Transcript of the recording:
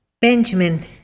benjamin